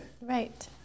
Right